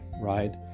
right